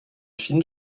film